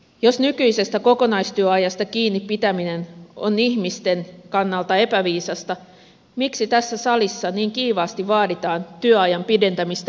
jos nykyisestä kokonaistyöajasta kiinni pitäminen on ihmisten kannalta epäviisasta miksi tässä salissa niin kiivaasti vaaditaan työajan pidentämistä entisestään